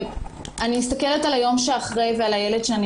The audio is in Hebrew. אני מסתכלת על היום שאחרי ועל הילד שאני